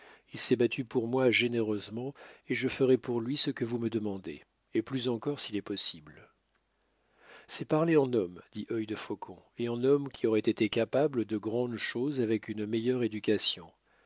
il s'est battu pour moi généreusement et je ferai pour lui ce que vous me demandez et plus encore s'il est possible c'est parler en homme dit œil de faucon et en homme qui aurait été capable de grandes choses avec une meilleure éducation